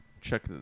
check